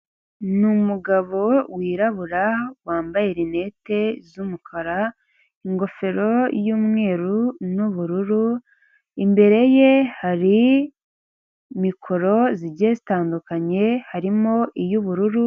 Ni umugabo wirabura, wambaye rinete z'umukara, ingofero y'umweru, n'ubururu, imbere ye hari mikoro zigiye zitandukanye, harimo iy'ubururu.